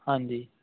ਹਾਂਜੀ